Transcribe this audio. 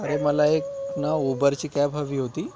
अरे मला एक ना उबरची कॅब हवी होती